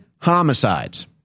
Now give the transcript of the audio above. homicides